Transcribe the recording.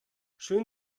schön